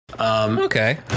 Okay